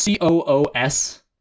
COOS